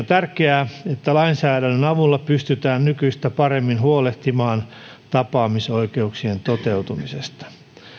tärkeää että lainsäädännön avulla pystytään nykyistä paremmin huolehtimaan tapaamisoikeuksien toteutumisesta